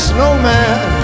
Snowman